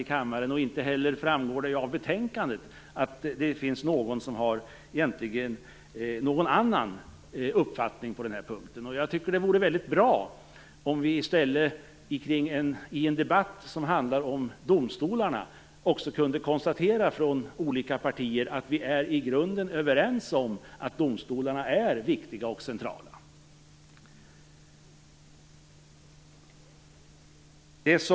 Det framgår inte heller av betänkandet att det finns någon som har någon annan uppfattning på den här punkten. Jag tycker att det vore bra, i en debatt som handlar om domstolarna, om vi från olika partier i stället kunde konstatera att vi i grunden är överens om att domstolarna är viktiga och centrala.